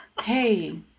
hey